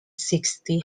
sixty